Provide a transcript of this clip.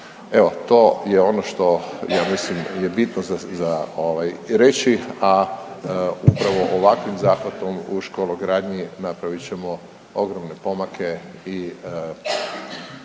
Evo to je ono što ja mislim je bitno za reći, a upravo ovakvim zahvatom u škologradnji napravit ćemo ogromne pomake i